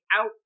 out